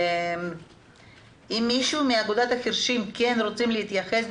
אם מישהו מאגודת החירשים רוצה להתייחס,